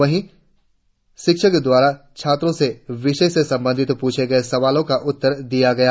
वहीं शिक्षक द्वारा छात्रों से विषय से संबंधित पूछे गए सवालों का उत्तर दिये गए